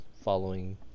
following